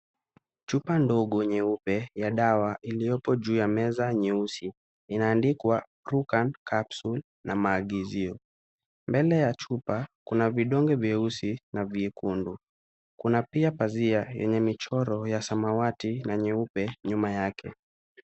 chupa nyeupe ndogo ya dawa iliyopo juu ya meza nyeusi inaandikwa krukan capsule na maagizio. Mbele ya chupa kuna vidonge vyeusi na vyekundu. Kuna pia pazia yenye michoro ya samawati na nyeupe nyuma yake.